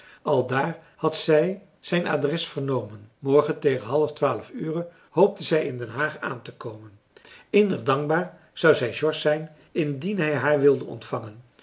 aldaar had zij zijn adres vernomen morgen tegen half twaalf ure hoopte zij in den haag aantekomen innig dankbaar zou zij george zijn indien hij haar wilde ontvangen